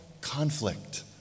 conflict